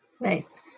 Nice